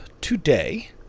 today